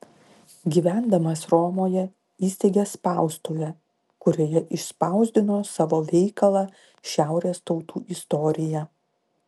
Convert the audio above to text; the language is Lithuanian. gyvendamas romoje įsteigė spaustuvę kurioje išspausdino savo veikalą šiaurės tautų istorija